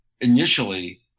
initially